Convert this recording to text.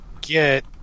get